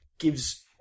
gives